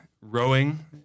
rowing